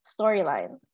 storyline